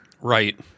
Right